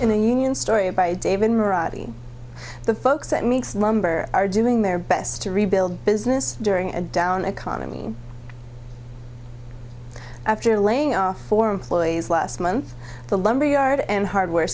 in a union story by david the folks that makes lumber are doing their best to rebuild business during a down economy after laying off for employees last month the lumber yard and hardware